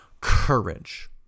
courage